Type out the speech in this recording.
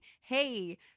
hey